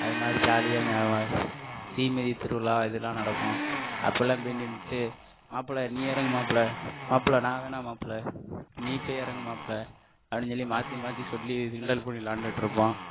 அது மாதிரி ஜாலியாக நான் வந்து தீமிதி திருவிழா இதுலான் நடக்கும் அப்போல்லாம் போய் நின்னுகிட்டு மாப்பிள நீ இறங்கு மாப்பிள மாப்பிள நான் வேணா மாப்பிள நீ போய் இறங்கு மாப்பிள அப்படினு சொல்லி மாற்றி மாற்றி சொல்லி கிண்டல் பண்ணி விளையாண்டுட்யிருப்போம்